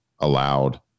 allowed